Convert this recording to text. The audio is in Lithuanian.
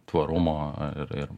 tvarumo ir ir